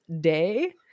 day